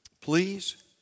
please